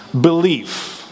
belief